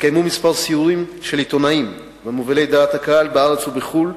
התקיימו כמה סיורים של עיתונאים ומובילי דעת הקהל בארץ ובחוץ-לארץ,